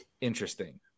interesting